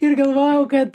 ir galvojau kad